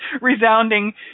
resounding